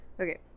Okay